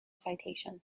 citation